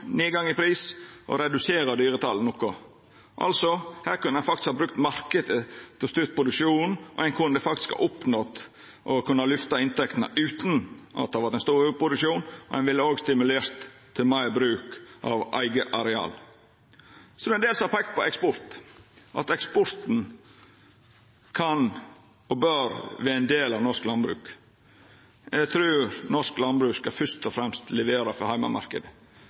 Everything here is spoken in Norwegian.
nedgang i pris, til å redusera talet på dyr noko. Her kunne ein faktisk ha brukt marknaden til å styra produksjonen, ein kunne faktisk ha oppnådd å lyfta inntektene utan at det vart ein stor overproduksjon, og ein ville stimulert til meir bruk av eige areal. Ein del har peikt på at eksport kan og bør vera ein del av norsk landbruk. Eg trur norsk landbruk fyrst og fremst skal levera for